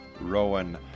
Rowan